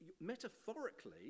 metaphorically